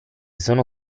sono